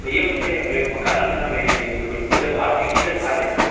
भैया मुझे एक मकान लेना था मेरे लिए जबलपुर से बाहर सिटी से बाहर लेना है